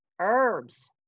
herbs